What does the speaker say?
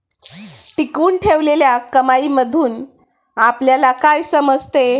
टिकवून ठेवलेल्या कमाईमधून आपल्याला काय समजते?